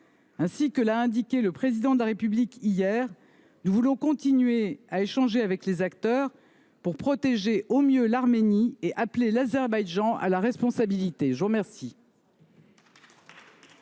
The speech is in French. Ainsi que l’a indiqué le Président de la République hier, nous voulons continuer à discuter avec tous les acteurs, pour protéger au mieux l’Arménie et pour appeler l’Azerbaïdjan à la responsabilité. La parole